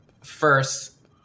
first